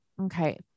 Okay